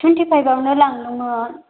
twenty फाइभआवनो लांदोंमोन